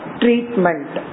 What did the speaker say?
treatment